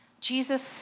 Jesus